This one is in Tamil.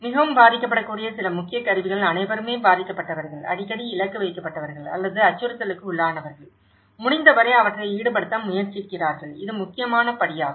மிகவும் பாதிக்கப்படக்கூடிய சில முக்கிய கருவிகள் அனைவருமே பாதிக்கப்பட்டவர்கள் அடிக்கடி இலக்கு வைக்கப்பட்டவர்கள் அல்லது அச்சுறுத்தலுக்கு உள்ளானவர்கள் முடிந்தவரை அவற்றை ஈடுபடுத்த முயற்சிக்கிறார்கள் இது முக்கியமான படியாகும்